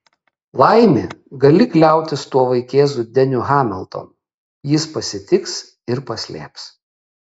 laimė gali kliautis tuo vaikėzu deniu hamiltonu jis pasitiks ir paslėps